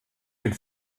den